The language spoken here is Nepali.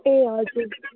ए हजुर